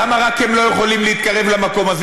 למה רק הם לא יכולים להתקרב למקום הזה?